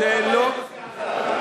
או הבית היהודי עזב, מה קרה?